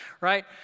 right